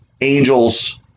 Angels